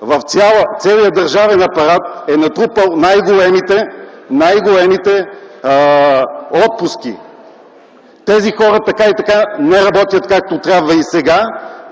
в целия държавен апарат е натрупал най-големите отпуски. Тези хора, така и така, не работят както трябва и сега.